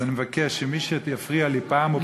אז אני מבקש שמי שיפריע לי פעם ופעמיים,